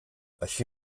així